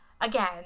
Again